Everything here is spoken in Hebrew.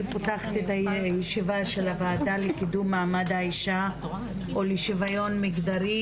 אני פותחת את הישיבה של הועדה למעמד האישה ולשוויון מגדרי,